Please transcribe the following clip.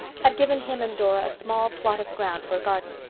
had given him and dora a small plot of ground for a garden.